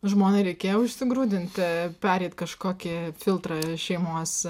žmonai reikėjo užsigrūdinti pereit kažkokį filtrą šeimos